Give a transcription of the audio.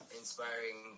inspiring